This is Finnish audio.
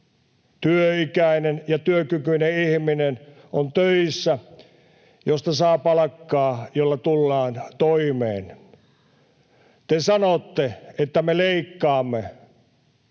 työikäinen ja työkykyinen ihminen on töissä, josta saa palkkaa, jolla tullaan toimeen. Te sanotte, että me leikkaamme.